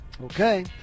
Okay